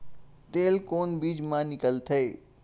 तेल कोन बीज मा निकलथे?